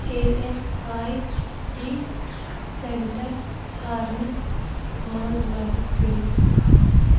A S I C centre ژھارنَس منٛز مدتھ کٔرِتھ